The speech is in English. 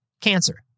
Cancer